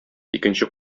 икенче